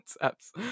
concepts